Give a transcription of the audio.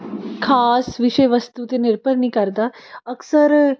ਖਾਸ ਵਿਸ਼ੇ ਵਸਤੂ 'ਤੇ ਨਿਰਭਰ ਨਹੀਂ ਕਰਦਾ ਅਕਸਰ